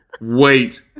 Wait